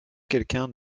quelqu’un